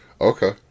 Okay